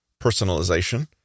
personalization